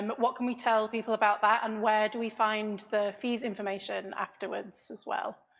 um but what can we tell people about that, and where do we find the fees information afterwards as well?